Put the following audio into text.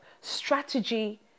strategy